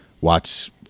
watch